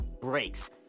breaks